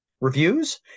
reviews